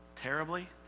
terribly